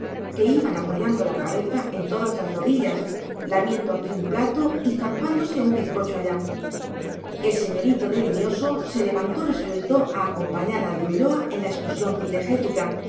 que iban apoyando la cabeza en todas las rodillas lamiendo aquí un plato y zampándose un bizcocho allá el señorito de limioso se levantó resuelto a acompañar al de ulloa en la excursión cinegética